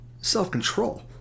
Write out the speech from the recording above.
self-control